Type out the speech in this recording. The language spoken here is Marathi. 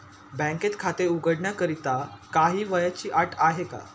बँकेत खाते उघडण्याकरिता काही वयाची अट आहे का?